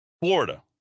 Florida